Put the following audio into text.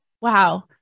wow